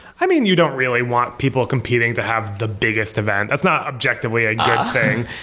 i mean, you don't really want people competing to have the biggest event. that's not objectively a good thing.